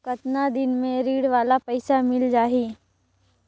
कतना दिन मे ऋण वाला पइसा मिल जाहि?